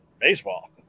baseball